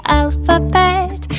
alphabet